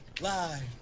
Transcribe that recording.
Live